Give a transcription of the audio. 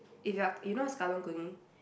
if you are you know what's karung guni